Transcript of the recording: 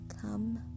come